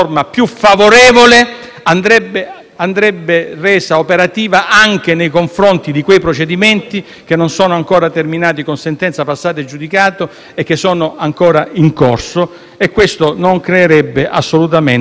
andrebbe resa operativa anche nei confronti di quei procedimenti che non sono ancora terminati con sentenza passata in giudicato e che sono ancora in corso. Questo non creerebbe assolutamente una risposta positiva.